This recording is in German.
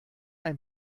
ein